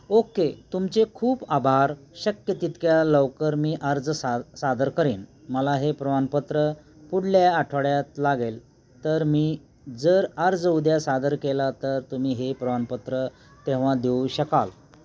okay तुमचे खूप आभार शक्य तितक्या लवकर मी अर्ज सा सादर करेन मला हे प्रमाणपत्र पुढल्या आठवड्यात लागेल तर मी जर अर्ज उद्या सादर केला तर तुम्ही हे प्रमाणपत्र तेव्हा देऊ शकाल